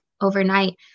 overnight